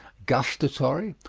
gustatory,